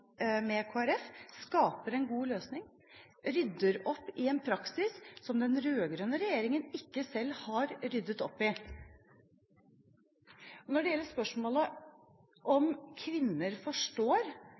med Kristelig Folkeparti skaper en god løsning, rydder opp i en praksis som den rød-grønne regjeringen ikke selv har ryddet opp i. Når det gjelder spørsmålet